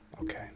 Okay